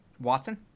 Watson